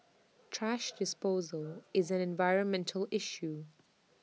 thrash disposal is an environmental issue